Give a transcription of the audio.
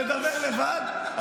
לדבר לבד,